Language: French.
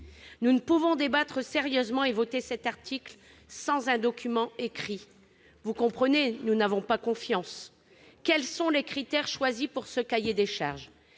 Nous ne pouvons débattre sérieusement et voter cet article sans un document écrit. Vous comprenez, nous n'avons pas confiance. Quels sont les critères choisis pour ce cahier des charges ?